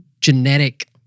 genetic